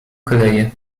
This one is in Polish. koleje